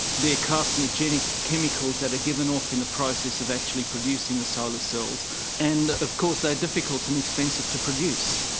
their carcinogenic chemicals that are given off in the process of actually producing the solar cells and of course they are difficult and expensive to produce.